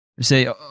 say